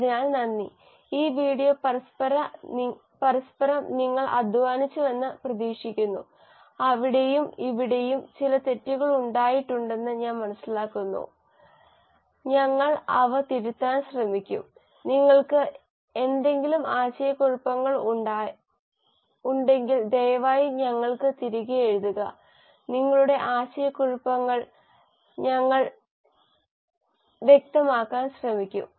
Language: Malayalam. അതിനാൽ നന്ദി ഈ വീഡിയോ പരമ്പര നിങ്ങൾ ആസ്വദിച്ചുവെന്ന് പ്രതീക്ഷിക്കുന്നു അവിടെയും ഇവിടെയും ചില തെറ്റുകൾ ഉണ്ടായിട്ടുണ്ടെന്ന് ഞാൻ മനസ്സിലാക്കുന്നു ഞങ്ങൾ അവ തിരുത്താൻ ശ്രമിക്കും നിങ്ങൾക്ക് എന്തെങ്കിലും ആശയക്കുഴപ്പങ്ങൾ ഉണ്ടെങ്കിൽ ദയവായി ഞങ്ങൾക്ക് തിരികെ എഴുതുക നിങ്ങളുടെ ആശയക്കുഴപ്പങ്ങൾ ഞങ്ങൾ വ്യക്തമാക്കാൻ ശ്രമിക്കും